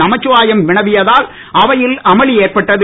நமச்சிவாயம் வினவியதால் அவையில் அமளி ஏற்பட்டது